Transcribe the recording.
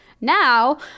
now